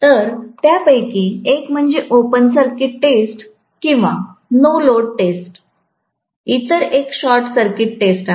तर त्यापैकी एक म्हणजे ओपन सर्किट टेस्ट किंवा नो लोड टेस्ट इतर एक शॉर्टसर्किट टेस्ट आहे